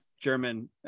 German